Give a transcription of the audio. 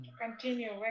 continue